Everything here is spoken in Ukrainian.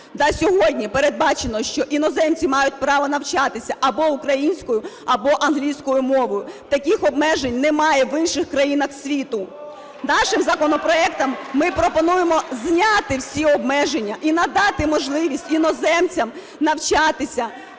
сьогодні передбачено, що іноземці мають право навчатися або українською, або англійською мовою, таких обмежень немає в інших країнах світу. Нашим законопроектом ми пропонуємо зняти всі обмеження і надати можливість іноземцям навчатися